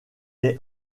est